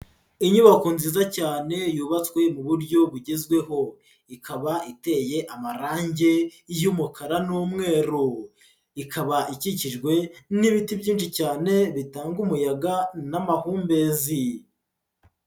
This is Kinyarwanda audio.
Inyubako nziza cyane yubatswe mu buryo bugezweho. Ikaba iteye amarangi y'umukara n'umweru, ikaba ikikijwe n'ibiti byinshi cyane bitanga umuyaga n'amahumbezi.